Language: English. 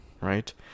right